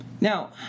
Now